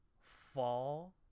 fall